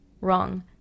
wrong